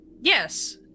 yes